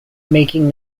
making